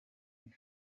and